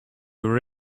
were